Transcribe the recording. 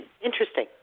interesting